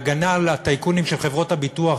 כהגנה לטייקונים של חברת הביטוח